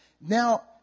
Now